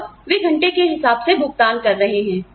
और वे घंटे के हिसाब से भुगतान कर रहे हैं